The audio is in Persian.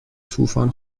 طوفان